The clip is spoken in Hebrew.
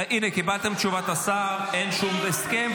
הינה, קיבלתם את תשובת השר, אין שום הסכם.